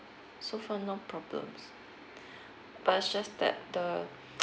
so far no problems but is just that the